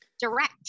direct